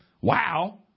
Wow